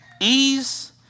ease